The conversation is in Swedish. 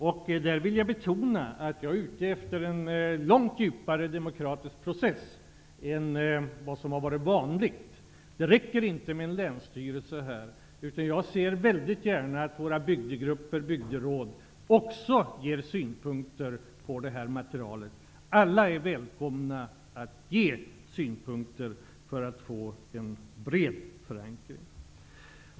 Jag vill här betona att jag är ute efter en mer fördjupad demokratisk process än vad som har varit vanligt. Det räcker inte med Länsstyrelsen. Jag ser mycket gärna att bygdegrupper och bygderåd också ger synpunkter på detta material. Alla är välkomna att ge synpunkter, så att vi skall få en bred förankring.